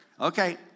Okay